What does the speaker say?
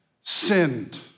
sinned